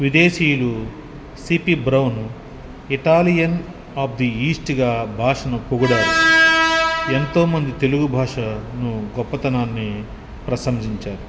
విదేశీయులు CP Brown Italian of the ఈస్ట్గా భాషను పొగిడారు ఎంతోమంది తెలుగు భాషను గొప్పతనాన్ని ప్రశంసించారు